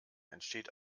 entsteht